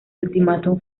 ultimátum